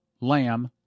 lamb